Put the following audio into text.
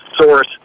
source